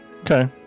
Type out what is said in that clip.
okay